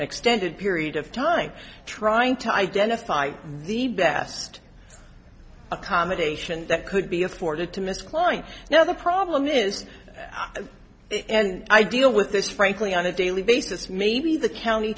extended period of time trying to identify the best accommodation that could be afforded to mr klein now the problem is and i deal with this frankly on a daily basis maybe the county